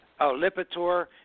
Lipitor